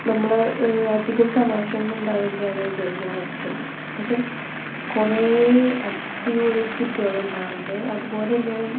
നമ്മള് അധികം തമാശയൊന്നും ഉണ്ടാകില്ല എന്നു വിചാരിക്കും ഫസ്റ്റ് പക്ഷെ കുറേ അടിപൊളി സ്കിറ്റുകളുണ്ടാകാറുണ്ട് അതുപോലെ തന്നെയാണ്